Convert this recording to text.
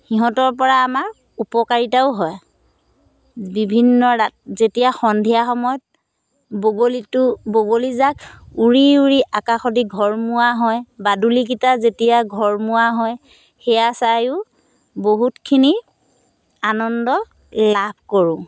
সিহঁতৰপৰা আমাৰ উপকাৰিতাও হয় বিভিন্ন এতিয়া সন্ধিয়া সময়ত বগলীটো বগলীজাক উৰি উৰি আকাশদি ঘৰমুৱা হয় বাদুলিকেইটা যেতিয়া ঘৰমুৱা হয় সেয়া চাইয়ো বহুতখিনি আনন্দ লাভ কৰোঁ